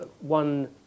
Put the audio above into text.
one